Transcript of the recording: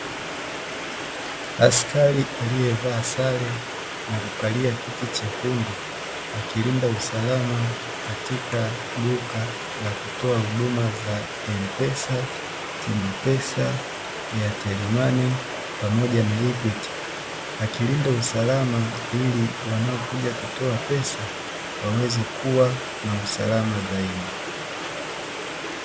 Askari aliyevaa sare na kukalia kiti chekundu akilinda usalama katika duka la kutolea huduma ya m pesa, tigo pesa, airtel money pamoja na equity akilinda usalama ili wanaokuja kutoa pesa wawe na usalama zaidi.